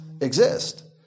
exist